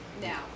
Now